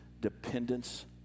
dependence